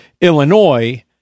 Illinois